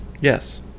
Yes